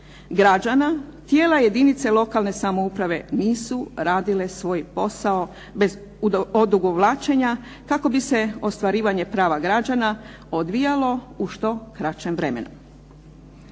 građana tijela jedinica lokalne samouprave nisu radile svoj postao bez odugovlačenja kako bi se ostvarivanje prava građana odvijalo u što kraćem vremenu.